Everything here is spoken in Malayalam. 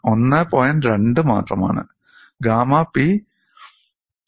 20 മാത്രമാണ് 'ഗാമ പി' 125000 ആണ്